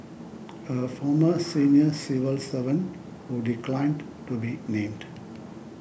a former senior civil servant who declined to be named